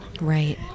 Right